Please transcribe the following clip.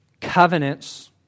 Covenants